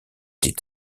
did